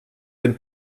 dem